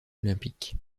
olympique